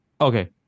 Okay